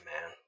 man